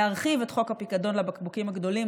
להרחיב את חוק הפיקדון לבקבוקים הגדולים.